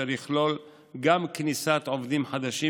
אשר יכלול גם כניסת עובדים חדשים,